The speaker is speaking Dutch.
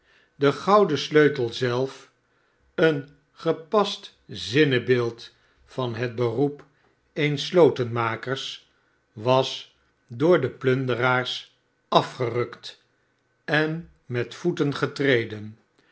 de go u den sleutel zelf een gepast zinnebeeld van hetberoep eens slotenmakers was door de plunderaars afgerukt en met voeten etreden